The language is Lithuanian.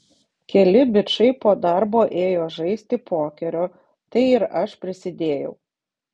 keli bičai po darbo ėjo žaisti pokerio tai ir aš prisidėjau